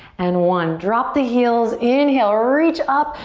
and one. drop the heels, inhale, reach up.